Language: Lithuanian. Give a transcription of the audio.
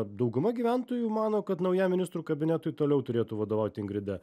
dauguma gyventojų mano kad naujam ministrų kabinetui toliau turėtų vadovauti ingrida